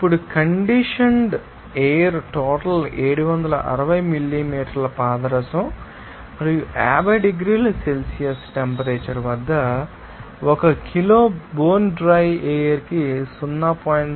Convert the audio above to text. ఇప్పుడు conditioned air total 760 మిల్లీమీటర్ల పాదరసం మరియు 50 డిగ్రీల సెల్సియస్ టెంపరేచర్ వద్ద ఒక కిలో బోన్ డ్రై ఎయిర్ కి 0